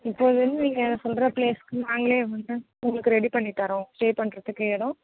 இப்போதிலேருந்து நீங்கள் சொல்கிற பிளேஸ்க்கு நாங்களே வந்து உங்களுக்கு ரெடி பண்ணி தரோம் ஸ்டே பண்ணுறதுக்கு இடம்